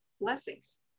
blessings